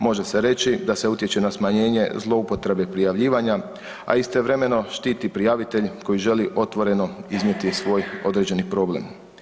Može se reći da se utječe na smanjenje zloupotrebe prijavljivanja, a istovremeno štititi prijavitelj koji želi otvoreno iznijeti svoj određeni problem.